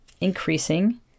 increasing